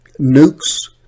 nukes